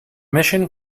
mission